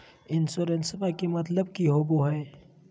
इंसोरेंसेबा के मतलब की होवे है?